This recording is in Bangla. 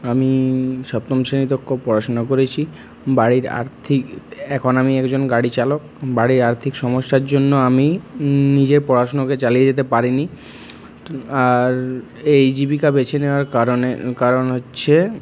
আমি সপ্তম শ্রেণীতে পড়াশুনা করেছি বাড়ির আর্থিক এখন আমি একজন গাড়ি চালক বাড়ির আর্থিক সমস্যার জন্য আমি নিজের পড়াশুনাকে চালিয়ে যেতে পারিনি আর এই জীবিকা বেছে নেওয়ার কারণে কারণ হচ্ছে